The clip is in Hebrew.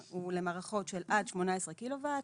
הוא למערכות של עד 18 קילו-וואט,